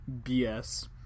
BS